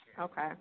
Okay